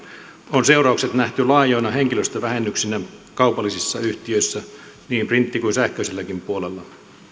on seuraukset nähty laajoina henkilöstövähennyksinä kaupallisissa yhtiöissä niin printti kuin sähköiselläkin puolella